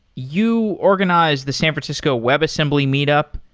you organize the san francisco webassembly meetup.